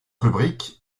rubrique